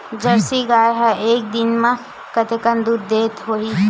Jersey गाय ह एक दिन म कतेकन दूध देत होही?